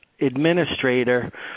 administrator